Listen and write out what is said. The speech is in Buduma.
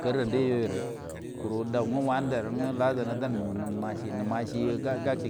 Karram de yo yuri kuru dau nga wan di nge lagango num ashire mun ashi gace